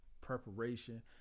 preparation